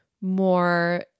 more